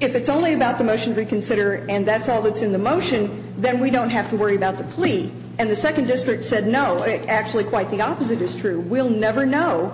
if it's only about the motion be consider and that's all that's in the motion then we don't have to worry about the police and the second district said no it actually quite the opposite is true we'll never know